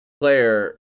player